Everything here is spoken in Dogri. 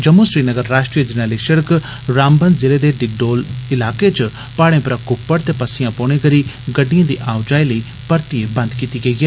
जम्मू श्रीनगर राष्ट्रीय जरनैली सड़क रामबन जिले दे डिगडोल इलाके च पहाई़े परा क्प्पड़ ते पस्सिया पौने करी गड्डियें दी आओ जाई लेई परतियै बव्व कीती गेई ऐ